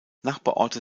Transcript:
nachbarorte